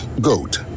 Goat